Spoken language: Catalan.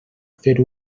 fer